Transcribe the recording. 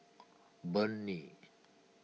Burnie